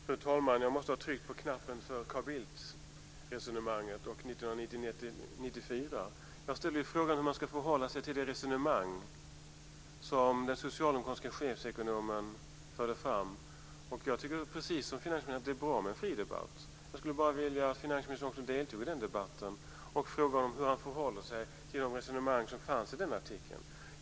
Fru talman! Jag måste ha tryckt på knappen för Jag ställde frågan hur man ska förhålla sig till det resonemang som den socialdemokratiske chefsekonomen fört fram. Jag tycker precis som finansministern att det är bra med en fri debatt. Jag skulle bara vilja att finansministern också deltog i den debatten och svarade på hur han förhåller sig till de resonemang som fanns i den artikeln.